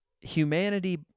humanity